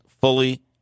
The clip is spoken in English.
fully